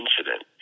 incident